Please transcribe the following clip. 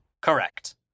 Correct